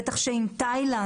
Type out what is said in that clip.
בטח עם תאילנד,